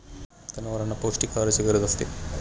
जनावरांना पौष्टिक आहाराची गरज असते